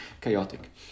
chaotic